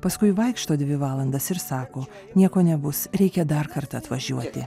paskui vaikšto dvi valandas ir sako nieko nebus reikia dar kartą atvažiuoti